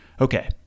Okay